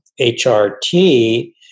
HRT